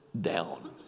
down